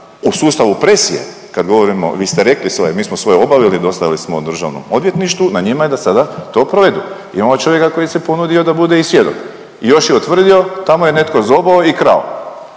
u sustavu presije, kad govorimo, vi ste rekli svoje, mi smo svoje obavili, dostavili smo DORH-u, na njima je da sada to provedu, imamo čovjeka koji se ponudio da bude i svjedok i još je utvrdio, tamo je neko zobao i krao,